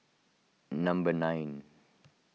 number nine